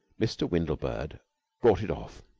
mr. windlebird brought it off.